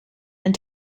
and